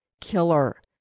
killer